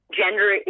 gender